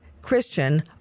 Christian